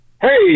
Hey